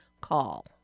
Call